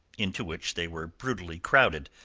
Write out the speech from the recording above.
into which they were brutally crowded,